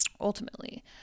Ultimately